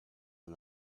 and